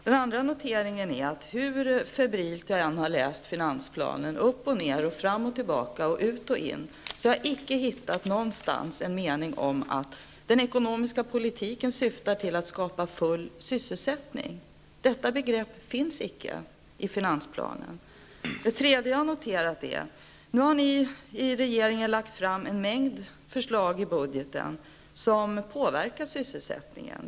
Den andra noteringen är att hur febrilt jag än har läst finansplanen, upp och ner, fram och tillbaka och ut och in, så har jag icke någonstans hittat en mening om att den ekonomiska politiken syftar till att skapa full sysselsättning. Detta begrepp finns icke i finansplanen. Det tredje jag noterat är att ni i regeringen nu har lagt fram en mängd förslag i budgeten som påverkar sysselsättningen.